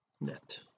net